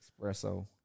Espresso